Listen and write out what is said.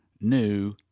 new